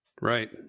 right